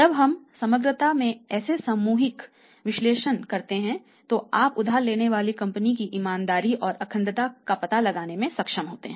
जब आप समग्रता में ऐसा सामूहिक विश्लेषण करते हैं तो आप उधार लेने वाली फर्मों की ईमानदारी और अखंडता का पता लगाने में सक्षम होते हैं